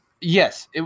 yes